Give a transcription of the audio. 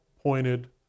pointed